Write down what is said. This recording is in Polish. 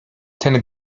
ten